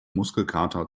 muskelkater